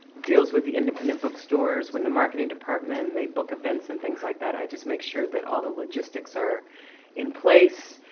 deals with the independent bookstores when the marketing department, they book events and things like that, i just make sure that all the logistics are in place.